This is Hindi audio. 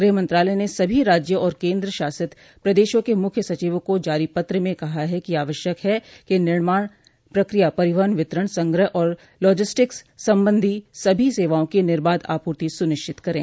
गृह मंत्रालय ने सभी राज्यों और केंद्र शासित प्रदेशों के मुख्य सचिवों को जारी पत्र में कहा है कि यह आवश्यक है कि निर्माण प्रक्रिया परिवहन वितरण संग्रह और लॉजिस्टिक्स संबंधित सभी सेवाओं की निर्बाध आपूर्ति सुनिश्चित करें